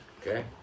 Okay